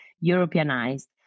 Europeanized